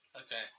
Okay